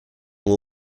will